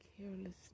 carelessness